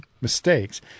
mistakes